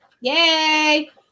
Yay